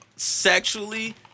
sexually